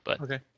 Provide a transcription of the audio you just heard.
Okay